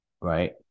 right